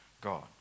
God